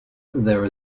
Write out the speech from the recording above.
there